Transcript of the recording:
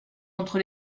entre